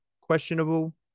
questionable